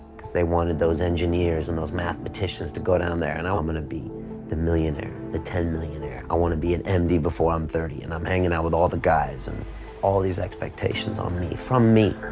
because they wanted those engineers and those mathematicians to go down there and i'm gonna be the millionaire, the ten millionaire, i want to be an md before i'm thirty and i'm hanging out with all the guys and all these expectations on me from me.